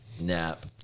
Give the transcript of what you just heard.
nap